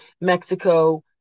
Mexico